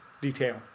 detail